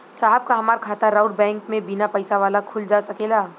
साहब का हमार खाता राऊर बैंक में बीना पैसा वाला खुल जा सकेला?